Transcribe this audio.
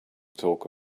talk